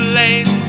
late